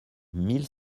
mille